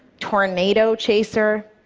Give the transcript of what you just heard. tornado chaser.